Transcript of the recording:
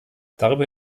darüber